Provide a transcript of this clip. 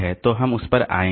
तो हम उस पर आएंगे